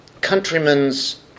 countrymen's